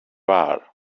are